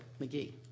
McGee